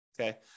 okay